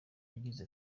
yagize